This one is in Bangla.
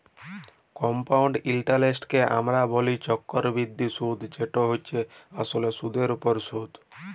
কমপাউল্ড ইলটারেস্টকে আমরা ব্যলি চক্করবৃদ্ধি সুদ যেট হছে আসলে সুদের উপর সুদ